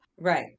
right